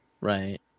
Right